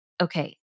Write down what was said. Okay